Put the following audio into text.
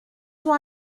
toi